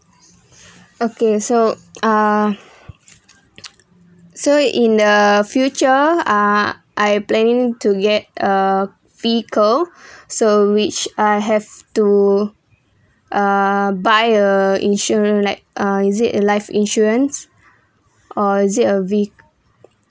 okay so ah so in the future ah I planning to get a vehicle so which I have to uh buy a insurance like uh is it a life insurance or is it a vehicle